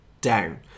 down